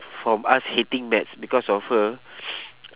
from us hating maths because of her